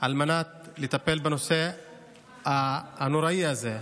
על מנת לטפל בנושא הנוראי הזה.